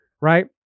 right